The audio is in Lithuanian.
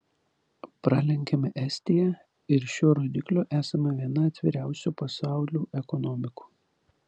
pralenkėme estiją ir šiuo rodikliu esame viena atviriausių pasaulių ekonomikų